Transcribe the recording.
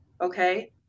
Okay